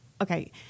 okay